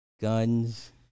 Guns